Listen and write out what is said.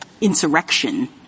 insurrection